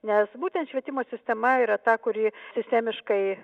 nes būtent švietimo sistema yra ta kuri sistemiškai